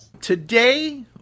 Today